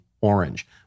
orange